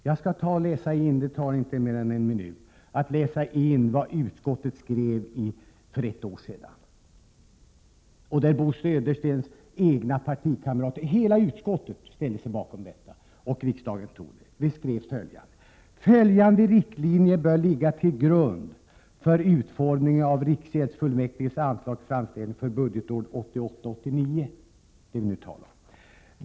Jag skall läsa in till protokollet vad finansutskottet skrev för ett år sedan i betänkande 17. Bo Söderstens egna partikamrater och hela utskottet ställde sig då bakom detta, och riksdagen biföll utskottets hemställan. ”Följande riktlinjer bör ligga till grund för utformningen av riksgäldsfullmäktiges anslagsframställning för budgetåret 1988/89.